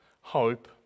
hope